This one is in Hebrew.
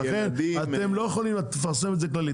לכן אתם לא יכולים לפרסם את זה כללית,